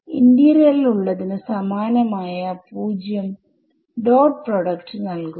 interior ലുള്ളതിന് സമാനമായ 0 dot product നൽകും